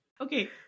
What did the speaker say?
Okay